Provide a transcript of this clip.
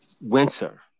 winter